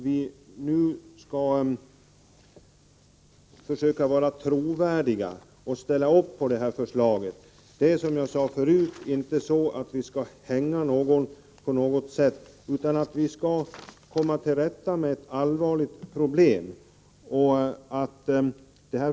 Vi måste försöka vara trovärdiga och ställa upp på detta förslag. Som jag sade förut: Vi skall inte hänga någon, utan vad det gäller är att angripa ett allvarligt problem.